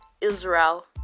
israel